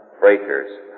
breakers